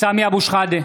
סמי אבו שחאדה,